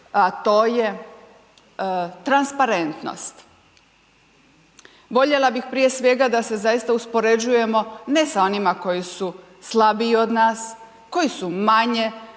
a to je transparentnost. Voljela bih prije svega da se zaista uspoređujemo ne s onima koji su slabiji od nas, koji su manje